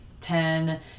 ten